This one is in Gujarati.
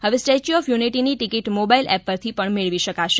હવે સ્ટેચ્યુ ઓફ યુનિટીની ટિકીટ મોબાઇલ એપ પરથી પણ મેળવી શકાશે